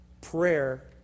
prayer